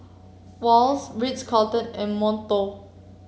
Wall's Ritz Carlton and Monto